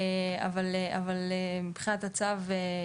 אבל מבחינת הצו,